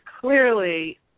clearly